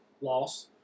Loss